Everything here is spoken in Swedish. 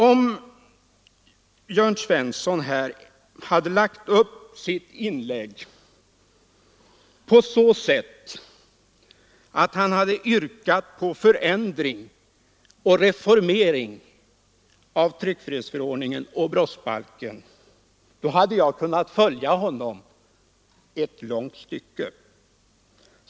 Om herr Jörn Svensson hade lagt upp sitt inlägg på så sätt att han hade yrkat på förändring och reformering av tryckfrihetsförordningen och brottsbalken, hade jag kunnat följa honom ett långt stycke.